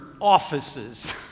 offices